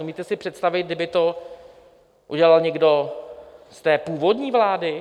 Umíte si představit, kdyby to udělal někdo z té původní vlády?